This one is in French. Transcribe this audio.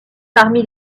parmi